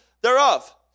thereof